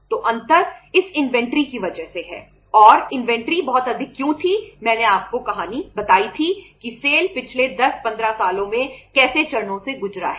तो अंतर इस इन्वेंट्री पिछले 10 15 सालों में कैसे चरणों से गुजरा है